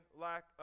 lack